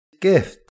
gift